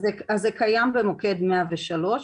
אז זה קיים במוקד 103,